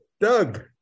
Doug